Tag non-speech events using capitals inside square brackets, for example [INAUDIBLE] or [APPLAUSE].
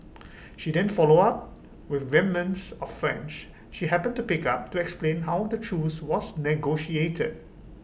[NOISE] she then followed up with remnants of French she happened to pick up to explain how the truce was negotiated